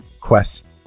quest